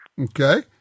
Okay